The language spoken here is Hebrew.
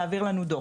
תעביר לנו דו"ח,